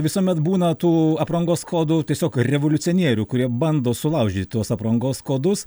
visuomet būna tų aprangos kodų tiesiog revoliucionierių kurie bando sulaužyti tuos aprangos kodus